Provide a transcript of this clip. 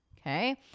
Okay